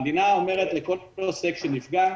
המדינה אומרת לכל עוסק שנפגע: